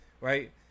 right